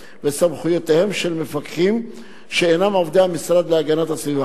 וסמכויותיהם של מפקחים שאינם עובדי המשרד להגנת הסביבה.